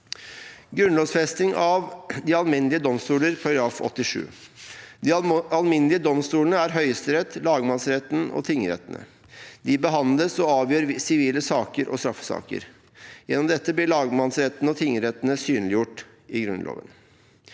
Grunnlovfesting av de alminnelige domstoler, § 87: «De alminnelige domstolene er Høyesterett, lagmannsrettene og tingrettene. De behandler og avgjør sivile saker og straffesaker.» Gjennom dette blir lagmannsrettene og tingrettene synliggjort i Grunnloven.